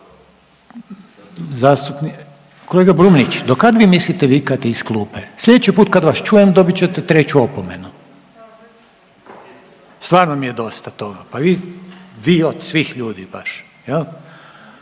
molim. Kolega Brumnić do kad vi mislite vikati iz klupe? Sljedeći put kad vas čujem dobit ćete treću opomenu. Stvarno mi je dosta toga, pa vi od svih ljudi baš